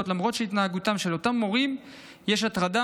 למרות שבהתנהגותם של אותם מורים יש הטרדה